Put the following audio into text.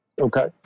okay